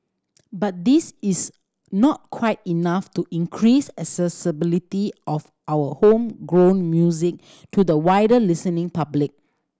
but this is not quite enough to increase accessibility of our homegrown music to the wider listening public